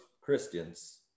Christians